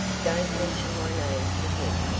don't mention my name to him,